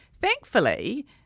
thankfully